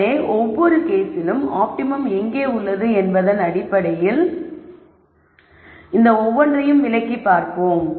எனவே ஒவ்வொரு கேஸிலும் ஆப்டிமம் எங்கே உள்ளது என்பதன் அடிப்படையில் இந்த ஒவ்வொன்றையும் விளக்கி பார்ப்போம்